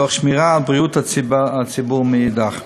תוך שמירה על בריאות הציבור מאידך גיסא.